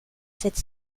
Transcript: sept